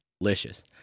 delicious